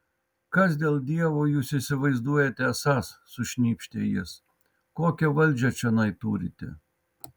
kas dėl dievo jūs įsivaizduojate esąs sušnypštė jis kokią valdžią čionai turite